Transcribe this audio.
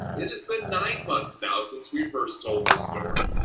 it has been nine months now since we first told the story,